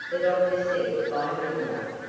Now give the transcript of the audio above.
the doctor said by midnight